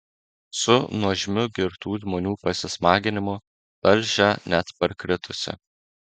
su nuožmiu girtų žmonių pasismaginimu talžė net parkritusį